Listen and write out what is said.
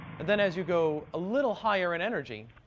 and then as you go a little higher in energy,